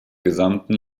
gesamten